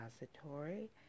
repository